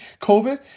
COVID